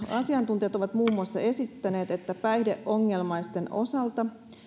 asiantuntijat ovat muun muassa esittäneet että päihdeongelmaisten osalta